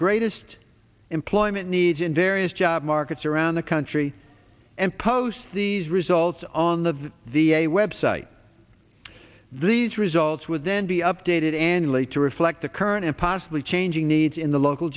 greatest employment need in various job markets around the country and post these results on the v a website these results would then be updated annually to reflect the current and possibly changing needs in the local